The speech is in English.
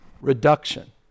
reduction